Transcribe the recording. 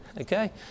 okay